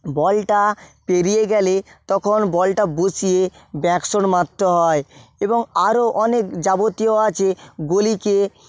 বলটা পেরিয়ে গেলে তখন বলটা বসিয়ে ব্যাক শট মারতে হয় এবং আরো অনেক যাবতীয় আছে গলিকে